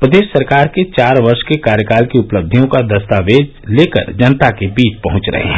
प्रदेश सरकार के चार वर्ष के कार्यकाल की उपलब्धियों का दस्तावेज लेकर जनता के बीच पहुंच रहे हैं